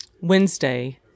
Wednesday